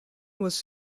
was